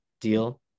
deal